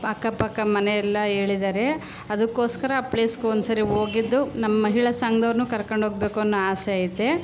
ಅಕ್ಕಪಕ್ಕ ಮನೆಯೆಲ್ಲ ಹೇಳಿದ್ದಾರೆ ಅದಕ್ಕೋಸ್ಕರ ಆ ಪ್ಲೇಸ್ಗೆ ಒಂದ್ಸರಿ ಹೋಗಿದ್ದು ನಮ್ಮ ಮಹಿಳಾ ಸಂಘದವ್ರ್ನು ಕರ್ಕೊಂಡೋಗಬೇಕು ಅನ್ನೋ ಆಸೆ ಐತೆ